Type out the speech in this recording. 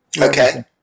Okay